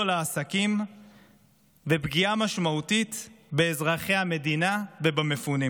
לעסקים ולפגיעה משמעותית באזרחי המדינה ובמפונים,